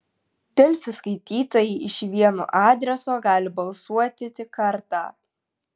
delfi skaitytojai iš vieno adreso gali balsuoti tik kartą